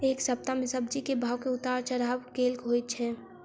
एक सप्ताह मे सब्जी केँ भाव मे उतार चढ़ाब केल होइ छै?